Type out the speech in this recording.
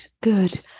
good